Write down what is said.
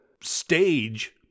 stage